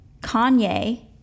Kanye